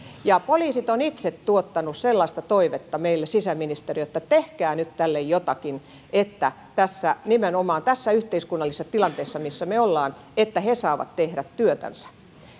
poliisit ovat itse tuottaneet sellaista toivetta meille sisäministeriöön että tehkää nyt tälle jotakin että nimenomaan tässä yhteiskunnallisessa tilanteessa missä me olemme he saavat tehdä työtänsä